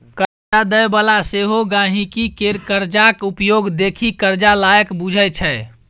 करजा दय बला सेहो गांहिकी केर करजाक उपयोग देखि करजा लायक बुझय छै